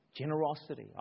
Generosity